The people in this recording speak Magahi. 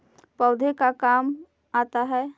पौधे का काम आता है?